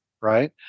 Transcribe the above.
Right